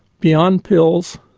beyond pills,